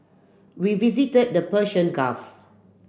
we visited the Persian Gulf